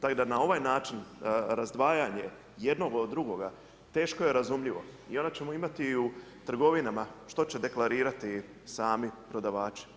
Tako da na ovaj način, razdvajanje jednog od drugoga, teško je razumljivo i onda ćemo imati i u trgovinama, što će deklarirati sami prodavači.